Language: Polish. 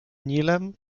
nilem